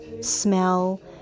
smell